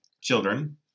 children